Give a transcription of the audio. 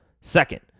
Second